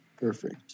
Perfect